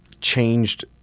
changed